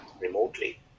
remotely